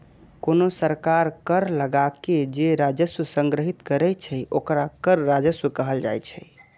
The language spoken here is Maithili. कोनो सरकार कर लगाके जे राजस्व संग्रहीत करै छै, ओकरा कर राजस्व कहल जाइ छै